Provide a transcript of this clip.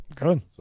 Good